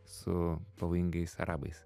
su pavojingais arabais